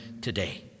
today